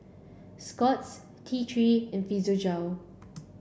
Scott's T three and Physiogel